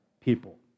people